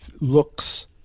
looks